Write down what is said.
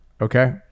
Okay